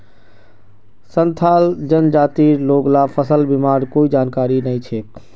संथाल जनजातिर लोग ला फसल बीमार कोई जानकारी नइ छेक